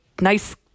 nice